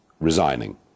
resigning